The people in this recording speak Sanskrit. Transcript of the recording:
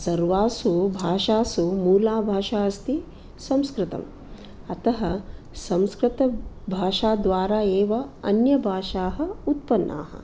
सर्वासु भाषासु मूला भाषा अस्ति संस्कृतम् अतः संस्कृतभाषा द्वारा एव अन्यभाषाः उत्पन्नाः